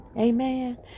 Amen